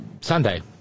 Sunday